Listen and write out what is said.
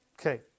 Okay